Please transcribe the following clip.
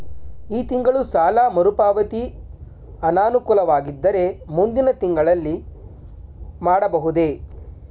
ಈ ತಿಂಗಳು ಸಾಲ ಮರುಪಾವತಿ ಅನಾನುಕೂಲವಾಗಿದ್ದರೆ ಮುಂದಿನ ತಿಂಗಳಲ್ಲಿ ಮಾಡಬಹುದೇ?